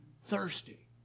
thirsty